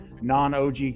non-og